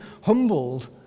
humbled